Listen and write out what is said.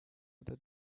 other